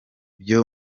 byo